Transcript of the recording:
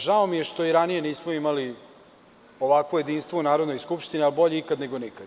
Žao mi je što i ranije nismo imali ovakvo jedinstvo u Narodnoj skupštini, ali bolje ikad, nego nikad.